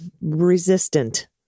resistant